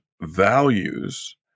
values